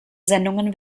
sendungen